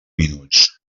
minuts